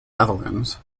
netherlands